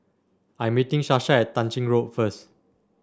I am meeting Sasha at Tah Ching Road first